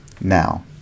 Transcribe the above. Now